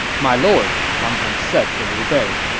my lord, pang tong said to liu bei,